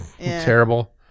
Terrible